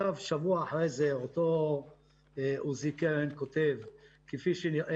שבוע לאחר מכן אותו עוזי קרן כותב: כפי שנראה,